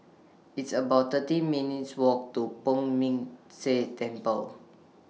It's about thirteen minutes' Walk to Poh Ming Tse Temple